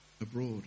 abroad